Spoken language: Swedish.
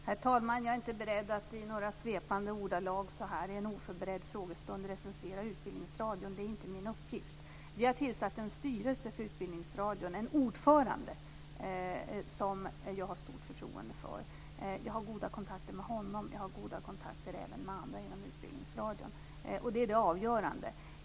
Herr talman! Jag är inte beredd att i några svepande ordalag så här i en oförberedd frågestund recensera Utbildningsradion. Det är inte min uppgift. Vi har tillsatt en styrelse för Utbildningsradion, en ordförande som jag har stort förtroende för. Jag har goda kontakter med honom och även med andra inom Utbildningsradion. Det är det avgörande.